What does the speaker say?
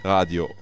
Radio